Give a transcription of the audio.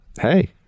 hey